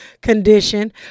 condition